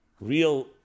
real